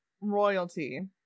royalty